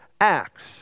acts